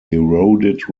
eroded